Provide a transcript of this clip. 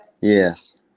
yes